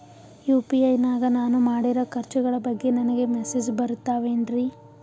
UPI ನಾಗ ನಾನು ಮಾಡಿರೋ ಖರ್ಚುಗಳ ಬಗ್ಗೆ ನನಗೆ ಮೆಸೇಜ್ ಬರುತ್ತಾವೇನ್ರಿ?